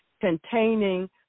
containing